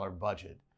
budget